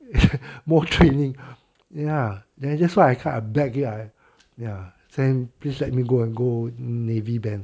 more training ya then that's why I kind of beg him I ya same please let me go and go navy band